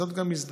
זאת גם הזדמנות